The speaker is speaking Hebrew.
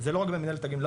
זה לא רק במנהלת הגמלאות,